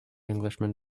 englishman